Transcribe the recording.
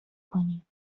کنیم